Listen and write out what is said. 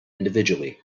individually